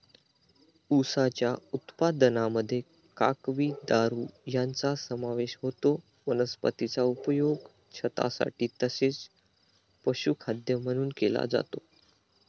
उसाच्या उत्पादनामध्ये काकवी, दारू यांचा समावेश होतो वनस्पतीचा उपयोग छतासाठी तसेच पशुखाद्य म्हणून केला जातो